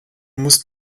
musst